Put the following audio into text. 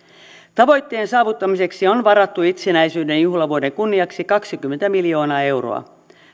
tavoitteen saavuttamiseksi on varattu itsenäisyyden juhlavuoden kunniaksi kaksikymmentä miljoonaa euroa